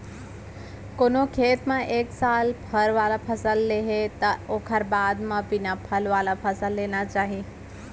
कोनो खेत म एक साल फर वाला फसल ले हे त ओखर बाद म बिना फल वाला फसल लेना चाही